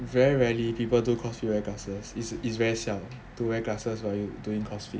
it's very rarely people do cross fit wear glasses it's it's very siao to wear glasses while you doing cross fit